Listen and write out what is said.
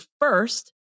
first